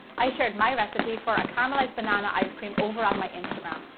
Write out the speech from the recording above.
i shared my recipe for a caramelized banana ice cream over on my instagram.